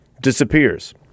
disappears